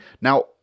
Now